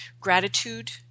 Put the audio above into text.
Gratitude